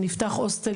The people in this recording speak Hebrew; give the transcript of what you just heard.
נפתח הוסטל,